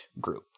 group